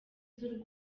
z’u